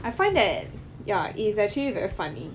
I find that ya it's actually very funny